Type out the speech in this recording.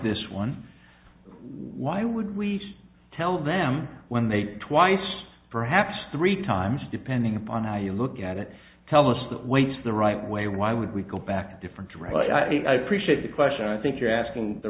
this one why would we tell them when they twice perhaps three times depending upon how you look at it tell us that waits the right way or why would we go back different right appreciate the question i think you're asking the